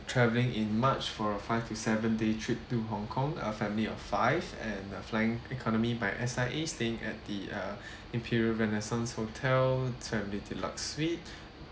travelling in march for five to seven day trip to hong kong uh family of five and uh flying economy by S_I_A staying at the uh imperial renaissance hotel the deluxe suite